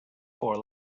four